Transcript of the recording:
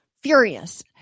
furious